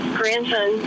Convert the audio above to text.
grandson